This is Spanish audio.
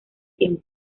tiempo